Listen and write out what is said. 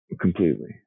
completely